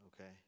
Okay